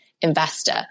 investor